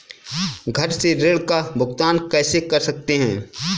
घर से ऋण का भुगतान कैसे कर सकते हैं?